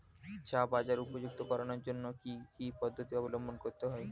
চা বাজার উপযুক্ত করানোর জন্য কি কি পদ্ধতি অবলম্বন করতে হয়?